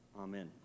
Amen